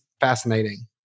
fascinating